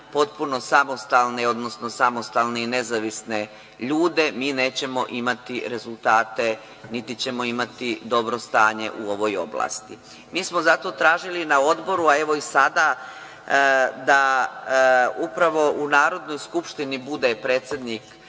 potpuno samostalne, odnosno samostalne i nezavisne ljude, mi nećemo imati rezultate, niti ćemo imati dobro stanje u ovoj oblasti. Zato smo tražili na Odboru, a evo i sada da upravo u Narodnoj skupštini bude predsednik